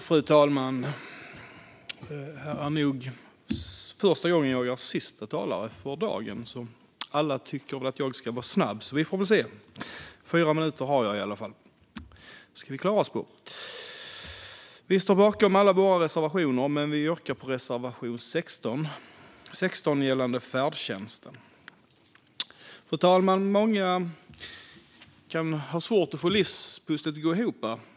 Fru talman! Jag står bakom alla våra reservationer men yrkar bifall endast till reservation 16 om färdtjänst. Fru talman! Många har svårt att få livspusslet att gå ihop.